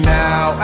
now